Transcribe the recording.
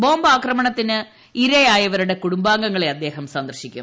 ബോംബാക്ട്രമണത്തിന് ഇരയായവരുടെ കുടുംബാംഗങ്ങളെ അദ്ദേഹം സന്ദർശിക്കും